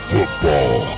Football